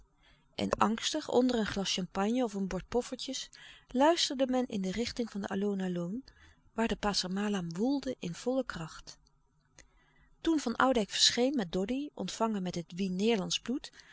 en angstig onder een glas champagne of een bord poffertjes luisterde men in de richting van de aloon aloon waar de passer malam woelde in volle kracht toen van oudijck verscheen met doddy ontvangen met het wien neêrlandsch bloed